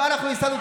הרב שפירא,